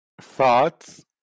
thoughts